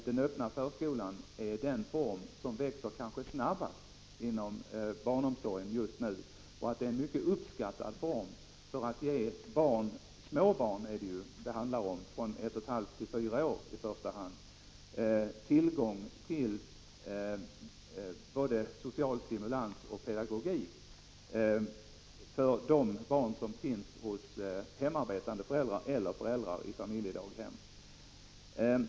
Den öppna förskolan är den form som kanske växer snabbast inom barnomsorgen just nu, och det är en mycket uppskattad form för att ge barn — i första hand småbarn, från ett och ett halvt till fyra år — tillgång till både social stimulans och pedagogik. Det gäller alltså barn hos hemarbetande föräldrar eller i familjedaghem.